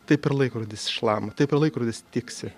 taip ir laikrodis šlama taip ir laikrodis tiksi